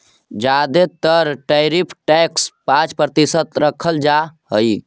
जादे तर tariff tax पाँच प्रतिशत रखल जा हई